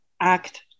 act